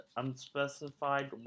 unspecified